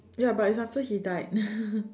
ya but it's after he died